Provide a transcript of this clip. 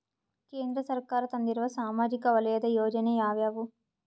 ಕೇಂದ್ರ ಸರ್ಕಾರ ತಂದಿರುವ ಸಾಮಾಜಿಕ ವಲಯದ ಯೋಜನೆ ಯಾವ್ಯಾವು?